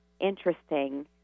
interesting